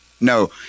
No